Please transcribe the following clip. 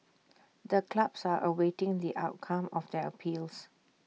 the clubs are awaiting the outcome of their appeals